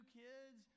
kids